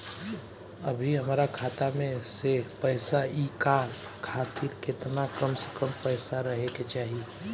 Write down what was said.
अभीहमरा खाता मे से पैसा इ कॉल खातिर केतना कम से कम पैसा रहे के चाही?